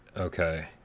Okay